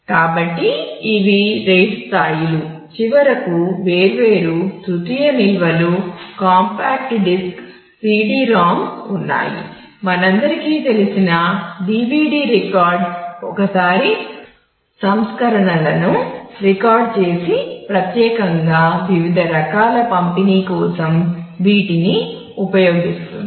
కాబట్టి ఇవి RAID స్థాయిలు చివరకు వేర్వేరు తృతీయ నిల్వలు కాంపాక్ట్ డిస్క్ CD ROM ఉన్నాయి మనందరికీ తెలిసిన DVD రికార్డ్ ఒకసారి సంస్కరణలను రికార్డ్ చేసి ప్రత్యేకంగా వివిధ రకాల పంపిణీ కోసం వీటిని ఉపయోగిస్తుంది